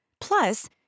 Plus